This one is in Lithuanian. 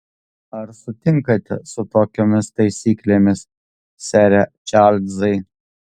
ar sutinkate su tokiomis taisyklėmis sere čarlzai